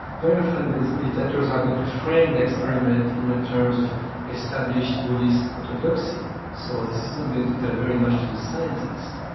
very often these meditators are going to frame their experiments in the terms of established buddhist orthodoxy, so this is not going to tell very much to the scientist.